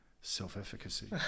self-efficacy